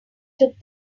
took